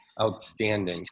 Outstanding